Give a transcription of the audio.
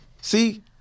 See